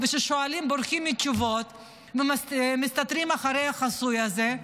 וכששואלים בורחים מתשובות ומסתתרים מאחורי החסוי הזה,